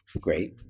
great